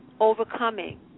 overcoming